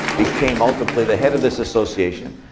became ultimately the head of this association.